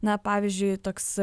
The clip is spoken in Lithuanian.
na pavyzdžiui toks